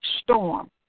storm